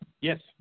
Yes